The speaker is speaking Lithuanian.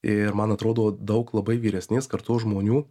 ir man atrodo daug labai vyresnės kartos žmonių